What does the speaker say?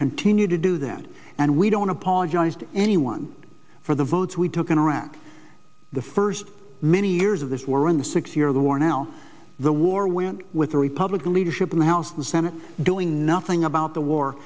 continue to do that and we don't apologize to anyone for the votes we took in iraq the first many years of this war in the six year the war now the war went with the republican leadership in the house the senate doing nothing about the war